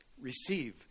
Receive